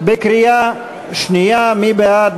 קריאה שנייה, מי בעד?